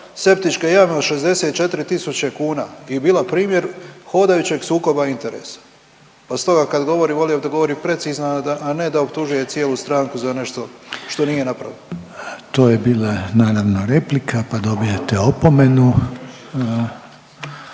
septičke jame od 64000 kuna i bila primjer hodajućeg sukoba interesa, pa stoga kad govori volio bih da govori precizno a ne da optužuje cijelu stranku za nešto što nije napravila. **Reiner, Željko (HDZ)** To je bila naravno replika, pa dobivate opomenu.